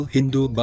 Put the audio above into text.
Hindu